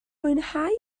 mwynhau